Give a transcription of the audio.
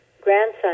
grandson